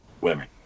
women